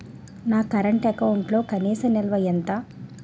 నా కరెంట్ అకౌంట్లో కనీస నిల్వ ఎంత?